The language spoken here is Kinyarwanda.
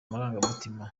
amarangamutima